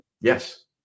Yes